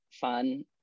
fun